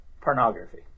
pornography